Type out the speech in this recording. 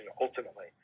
ultimately